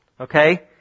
Okay